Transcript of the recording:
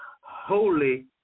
Holy